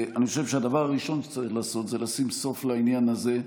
אני חושב שהדבר הראשון שצריך לעשת הוא לשים סוף לעניין הזה.